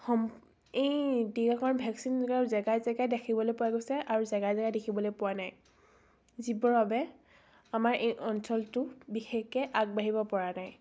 সম এই টীকাকৰণ ভেকচিন জেগাই জেগাই দেখিবলৈ পোৱা গৈছে আৰু জেগাই জেগাই দেখিবলৈ পোৱা নাই যিবোৰৰ বাবে আমাৰ এই অঞ্চলটো বিশেষকৈ আগবাঢ়িব পৰা নাই